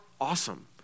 awesome